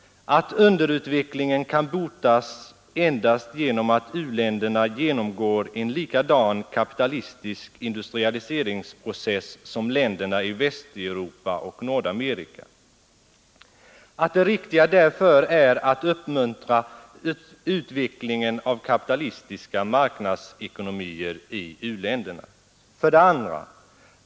Att underutvecklingen kan botas endast genom att u-länderna genomgår en likadan kapitalistisk industrialiseringsprocess som länderna i Västeuropa och Nordamerika och att det riktiga därför är att uppmuntra utvecklingen av kapitalistiska marknadsekonomier i u-länderna. 2.